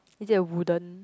is it a wooden